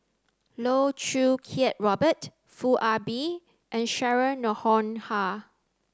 Loh Choo Kiat Robert Foo Ah Bee and Cheryl Noronha